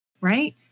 right